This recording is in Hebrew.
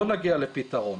לא נגיע לפתרון.